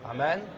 Amen